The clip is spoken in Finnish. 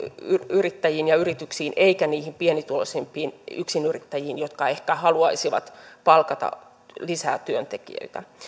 yrittäjiin ja yrityksiin eikä niihin pienituloisimpiin yksinyrittäjiin jotka ehkä haluaisivat palkata lisää työntekijöitä